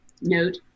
note